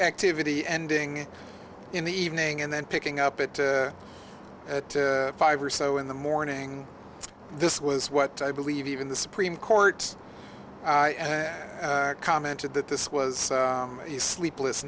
activity ending in the evening and then picking up at five or so in the morning this was what i believe even the supreme court commented that this was a sleepless